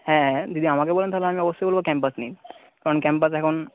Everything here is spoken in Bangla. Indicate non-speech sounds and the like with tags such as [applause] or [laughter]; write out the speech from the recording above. হ্যাঁ যদি আমাকে বলেন তাহলে আমি অবশ্যই বলব ক্যাম্পাস নিন [unintelligible] কারণ ক্যাম্পাস এখন